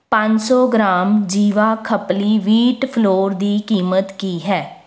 ਪੰਜ ਸੌ gram Jiwa khapli wheat flour ਦੀ ਕੀਮਤ ਕੀ ਹੈ